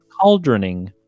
cauldroning